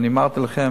אמרתי לכם